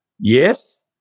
yes